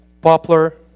poplar